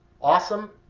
awesome